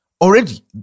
already